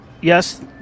Yes